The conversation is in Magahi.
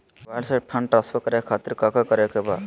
मोबाइल से फंड ट्रांसफर खातिर काका करे के बा?